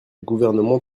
gouvernement